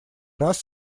раз